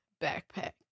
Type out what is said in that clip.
backpack